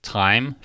time